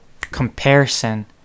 comparison